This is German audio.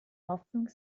hoffnung